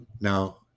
Now